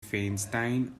feinstein